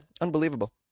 Unbelievable